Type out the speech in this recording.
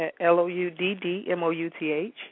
L-O-U-D-D-M-O-U-T-H